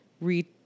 Read